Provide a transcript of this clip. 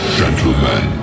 gentlemen